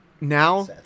now